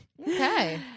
Okay